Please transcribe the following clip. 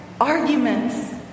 arguments